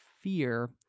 fear